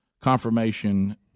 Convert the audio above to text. confirmation